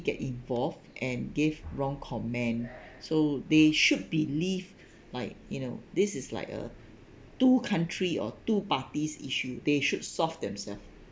get involved and gave wrong comment so they should believe like you know this is like uh two country or two parties issue they should solve themselves